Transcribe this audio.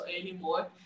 anymore